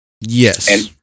Yes